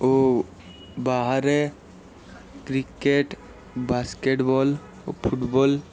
ଓ ବାହାରେ cricket basketball ଓ football